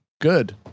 Good